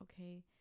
Okay